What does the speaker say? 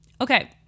Okay